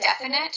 definite